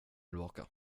tillbaka